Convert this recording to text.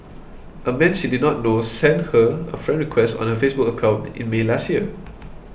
a man she did not know sent her a friend request on her Facebook account in May last year